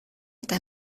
eta